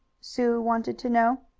sue wanted to know.